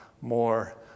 more